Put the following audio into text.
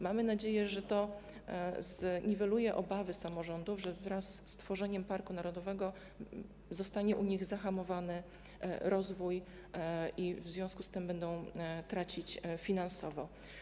Mamy nadzieję, że zniweluje to obawy samorządów o to, że wraz ze stworzeniem parku narodowego zostanie u nich zahamowany rozwój i że w związku z tym będą tracić finansowo.